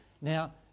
Now